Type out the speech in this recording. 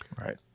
right